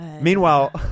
Meanwhile